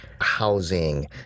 housing